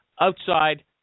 outside